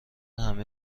همه